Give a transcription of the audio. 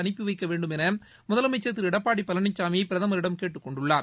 அனுப்பி வைக்க வேண்டுமென முதலமைச்சா திரு எடப்பாடி பழனிசாமி பிரதமரிடம் கேட்டுக் கொண்டுள்ளார்